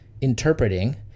interpreting